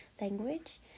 language